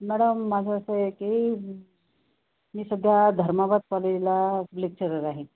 madam माझं असं आहे की मी सध्या धर्माबाद कॉलेजला लेक्चरर आहे